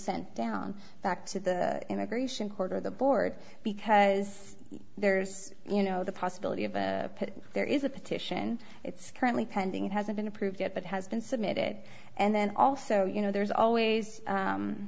sent down back to the immigration court or the board because there's you know the possibility of a pit there is a petition it's currently pending and hasn't been approved yet but has been submitted and then also you know there's always